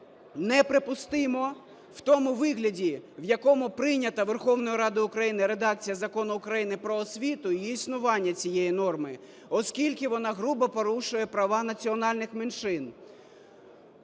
неприпустимо в тому вигляді, в якому прийнята Верховною Радою України редакція Закону України "Про освіту", її існування, цієї норми, оскільки вона грубо порушує права національних меншин.